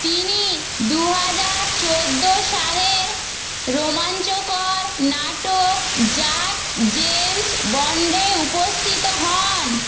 তিনি দু হাজার চৌদ্দ সালের রোমাঞ্চকর নাটক জাট জেমস বন্ডে উপস্থিত হন